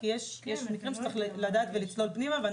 כי יש מקרים שצריך לדעת ולצלול פנימה.